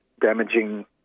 damaging